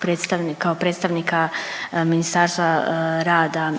predstavnika, predstavnika Ministarstva rada